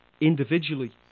individually